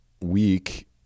week